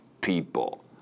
people